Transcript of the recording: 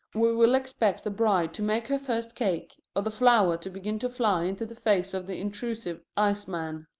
we will expect the bride to make her first cake, or the flour to begin to fly into the face of the intrusive ice-man.